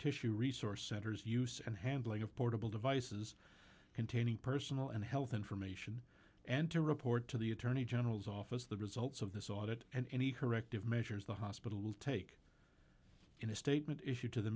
tissue resource centers use and handling of portable devices containing personal and health information and to report to the attorney general's office the results of this audit and any her ective measures the hospital will take in a statement issued to the